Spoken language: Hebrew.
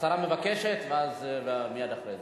השרה מבקשת, אז מייד אחרי זה.